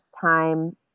time